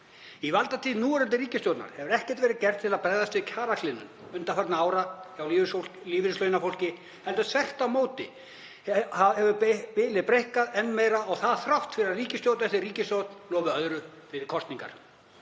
Í valdatíð núverandi ríkisstjórnar hefur ekkert verið gert til að bregðast við kjaragliðnun undanfarinna ára hjá lífeyrislaunafólki heldur hefur bilið þvert á móti breikkað enn meira og það þrátt fyrir að ríkisstjórn eftir ríkisstjórn lofi öðru fyrir kosningar.